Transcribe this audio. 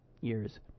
years